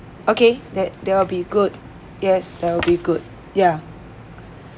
okay that that will be good yes that will be good ya